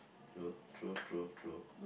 true true true true